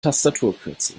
tastaturkürzel